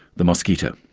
the mosquito.